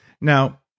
Now